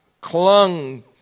clung